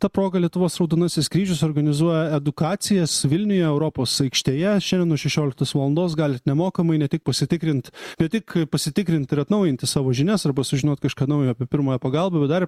ta proga lietuvos raudonasis kryžius organizuoja edukacijas vilniuje europos aikštėje šiandien nuo šešioliktos valandos galit nemokamai ne tik pasitikrint ne tik pasitikrint ir atnaujinti savo žinias arba sužinot kažką naujo apie pirmąją pagalbą bet dar